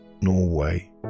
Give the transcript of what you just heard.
Norway